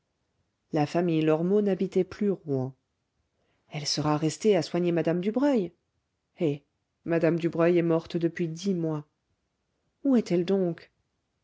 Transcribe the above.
la famille lormeaux n'habitait plus rouen elle sera restée à soigner madame dubreuil eh madame dubreuil est morte depuis dix mois où est-elle donc